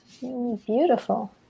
Beautiful